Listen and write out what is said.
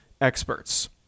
experts